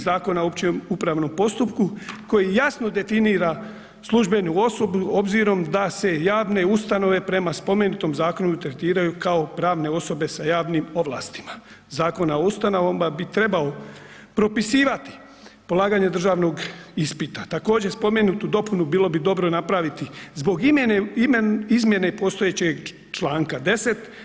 Zakona o općem upravnom postupku koji jasno definira službenu osobu obzirom da se javne ustanove prema spomenutom zakonu tretiraju kao pravne osobe sa javnim ovlastima, Zakona o ustanovama bi trebao propisivati polaganje državnog ispita, također spomenutu dopunu bilo bi dobro napraviti zbog izmjene postojećeg čl. 10.